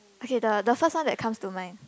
okay the the first one that comes to mind